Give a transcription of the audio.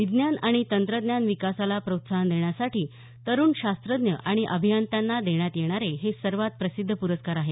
विज्ञान आणि तंत्रज्ञान विकासाला प्रोत्साहन देण्यासाठी तरूण शास्त्रज्ञ आणि अभियंत्यांना देण्यात येणारे हे सर्वात प्रसिद्ध पुरस्कार आहेत